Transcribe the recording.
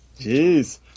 Jeez